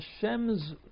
Hashem's